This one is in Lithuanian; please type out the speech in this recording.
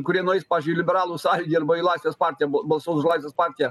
kurie nueis pavyzdžiui į liberalų sąjūdį arba į laisvės partiją bal balsuos už laisvės partiją